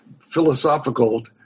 philosophical